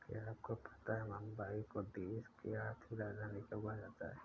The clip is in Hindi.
क्या आपको पता है मुंबई को देश की आर्थिक राजधानी क्यों कहा जाता है?